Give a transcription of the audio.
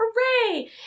hooray